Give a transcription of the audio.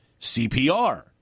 CPR